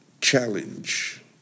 challenge